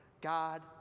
God